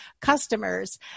customers